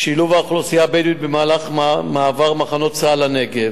שילוב האוכלוסייה הבדואית במעבר מחנות צה"ל לנגב.